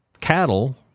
cattle